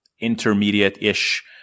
intermediate-ish